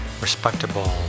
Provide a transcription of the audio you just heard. respectable